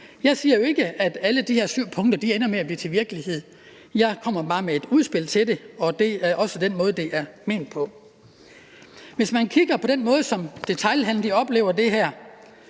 Jeg siger jo ikke, at alle de her syv punkter ender med at blive til virkelighed, jeg kommer bare med et udspil til det, og det er også den måde, det er ment på. Hvis man kigger på den måde, som detailhandelen oplever det her